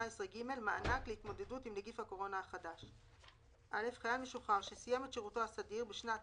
"מענק להתמודדות עם נגיף הקורונה החדש 18ג. (א)חייל משוחרר שסיים את שירותו הסדיר בשנת